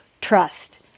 trust